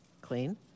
clean